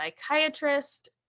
psychiatrist